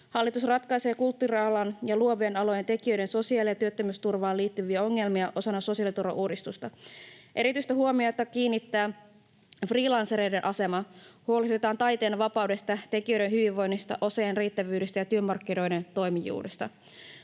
Hallitus ratkaisee kulttuurialan ja luovien alojen tekijöiden sosiaali- ja työttömyysturvaan liittyviä ongelmia osana sosiaaliturvauudistusta. Erityistä huomiota kiinnitetään freelancereiden asemaan. Huolehditaan taiteen vapaudesta, tekijöiden hyvinvoinnista, osaajien riittävyydestä ja työmarkkinoiden toimivuudesta.